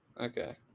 Okay